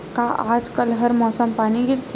का आज कल हर मौसम पानी गिरथे?